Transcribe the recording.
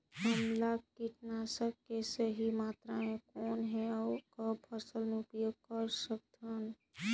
हमला कीटनाशक के सही मात्रा कौन हे अउ कब फसल मे उपयोग कर सकत हन?